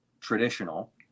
traditional